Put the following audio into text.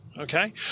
Okay